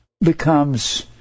becomes